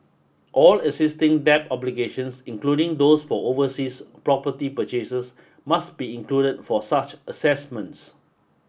all existing debt obligations including those for overseas property purchases must be included for such assessments